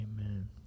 Amen